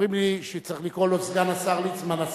אומרים לי שצריך לקרוא לו סגן השר ליצמן.